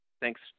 thanks